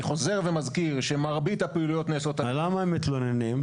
אני חוזר ומזכיר שמרבית הפעילויות נעשות על פי --- למה הם מתלוננים?